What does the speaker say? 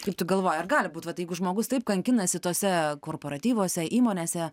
kaip tu galvoji ar gali būt vat jeigu žmogus taip kankinasi tose korporatyvuose įmonėse